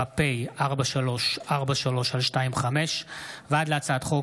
פ/4343/25 וכלה בהצעת חוק